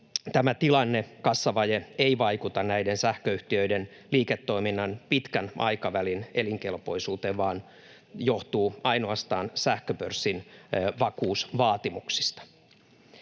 tämä tilanne, kassavaje, ei vaikuta näiden sähköyhtiöiden liiketoiminnan pitkän aikavälin elinkelpoisuuteen vaan johtuu ainoastaan sähköpörssin vakuusvaatimuksista.